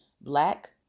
black